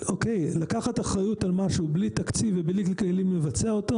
לקחת אחריות על משהו בלי תקציב ובלי כלים לבצע אותו,